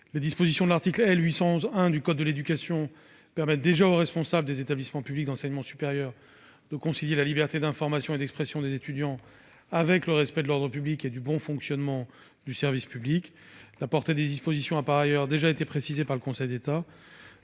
les dispositions de l'article L. 811-1 du code de l'éducation permettent déjà aux responsables des établissements publics d'enseignement supérieur de concilier la liberté d'information et d'expression des étudiants avec le respect de l'ordre public et du bon fonctionnement du service public. La portée des dispositions a, par ailleurs, déjà été précisée par le Conseil d'État,